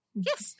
Yes